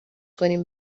کنیم